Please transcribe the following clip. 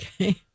Okay